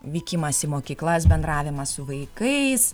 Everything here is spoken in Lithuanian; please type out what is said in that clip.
vykimas į mokyklas bendravimas su vaikais